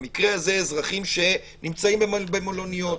במקרה הזה אזרחים שנמצאים במלוניות,